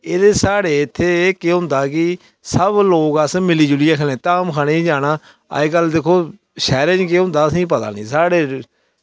एह् साढ़े इत्थें केह् होंदा कि सब लोक मिली जुलियै खन्ने धाम खाने गी गै जाना अज्जकल दिक्खो शैह्रें ई केह् होंदा असेंगी पता निं साढ़े